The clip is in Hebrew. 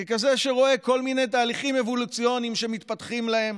ככזה שרואה כל מיני תהליכים אבולוציוניים שמתפתחים להם